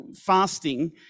fasting